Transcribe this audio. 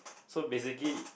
so basically